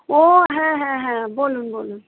ও হ্যাঁ হ্যাঁ হ্যাঁ বলুন বলুন